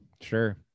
Sure